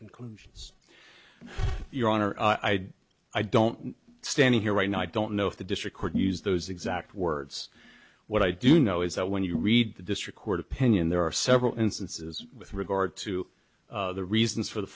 conclusions your honor i don't standing here right now i don't know if the district court use those exact words what i do know is that when you read the district court opinion there are several instances with regard to the reasons for the